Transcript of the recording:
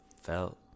felt